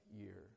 year